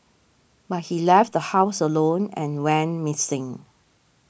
but he left the house alone and went missing